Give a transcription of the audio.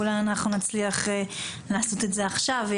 אולי אנחנו נצליח לעשות את זה עכשיו.